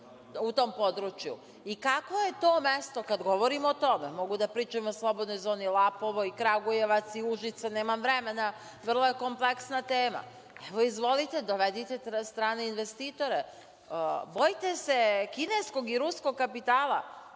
u tom području i kakvo je to mesto? Kada govorimo o tome, mogu da pričam o slobodnoj zoni Lapovo, i Kragujevac, i Užice, nemam vremena, vrlo je kompleksna tema. Evo, izvolite, dovedite strane investitore. Bojite se kineskog i ruskog kapitala.